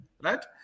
right